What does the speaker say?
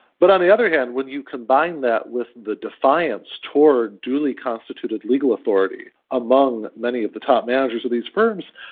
but on the other hand, when you combine that with the defiance towards duly constituted legal authority among many of the top managers of these firms,